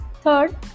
Third